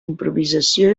improvisació